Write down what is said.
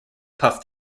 puff